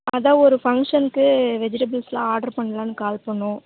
அதுதான் ஒரு ஃபங்க்ஷனுக்கு வெஜிடபிள்ஸெலாம் ஆர்டர் பண்ணலான்னு கால் பண்ணிணோம்